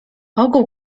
ogół